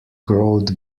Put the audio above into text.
growth